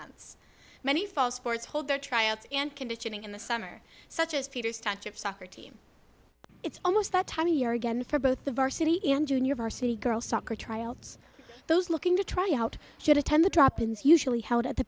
months many fall sports hold their tryouts and conditioning in the summer such as peter's township soccer team it's almost that time of year again for both the varsity and junior varsity girls soccer tryouts those looking to try out should attend the drop ins usually held at the